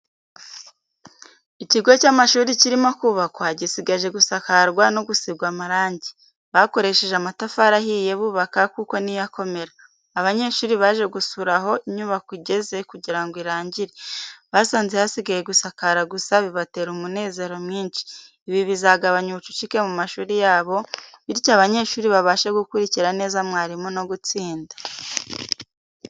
Ikigo cy'amashuri kirimo kubakwa, gisigaje gusakarwa no gusigwa amarangi, bakoresheje amatafari ahiye bubaka kuko niyo akomera. Abanyeshuri baje gusura aho inyubako igeze kugira ngo irangire, basanze hasigaye gusakara gusa bibatera umunezero mwinshi. Ibi bizagabanya ubucucike mu mashuri yabo, bityo abanyeshuri babashe gukurikira neza mwarimu no gutsinda.